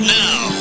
now